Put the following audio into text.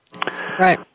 Right